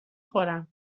خورم